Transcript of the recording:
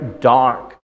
dark